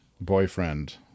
Boyfriend